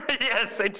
yes